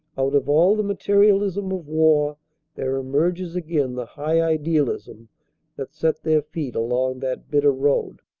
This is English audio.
out of all the material ism of war there emerges again the high idealism that set their feet along that bitter road.